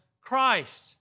Christ